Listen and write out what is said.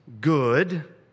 good